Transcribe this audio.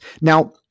Now